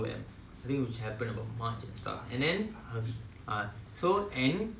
kind of nonsensical childish sentence is that